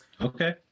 Okay